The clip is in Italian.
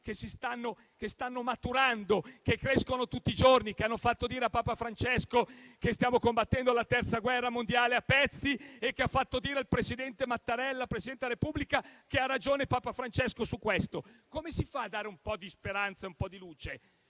che stanno maturando, che crescono tutti i giorni, che hanno fatto dire a Papa Francesco che stiamo combattendo la terza guerra mondiale a pezzi e che hanno fatto dire al presidente della Repubblica Mattarella che ha ragione Papa Francesco su questo? Si può dare un po' di speranza e un po' di luce